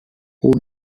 who